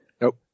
Nope